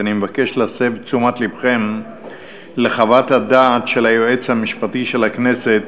אני מבקש להסב את תשומת לבכם לחוות הדעת של היועץ המשפטי של הכנסת